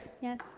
Yes